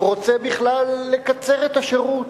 רוצה בכלל לקצר את השירות,